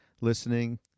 listening